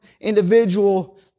individual